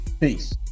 peace